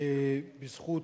שבזכות